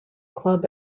club